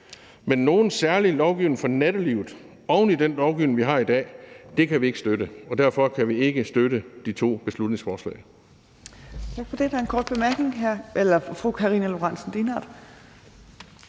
men nogen særlig lovgivning for nattelivet oven i den lovgivning, vi har i dag, kan vi ikke støtte, og derfor kan vi ikke støtte de to beslutningsforslag.